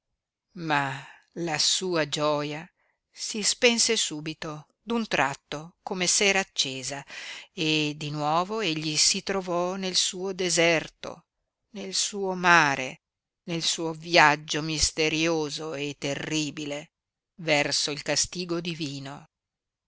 ma la sua gioia si spense subito d'un tratto come s'era accesa e di nuovo egli si trovò nel suo deserto nel suo mare nel suo viaggio misterioso e terribile verso il castigo divino